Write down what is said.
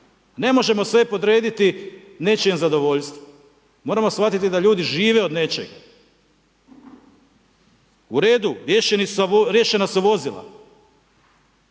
Ne možemo sve podrediti nečijem zadovoljstvu, moramo shvatiti da ljudi žive od nečeg. U redu, riješena su vozila.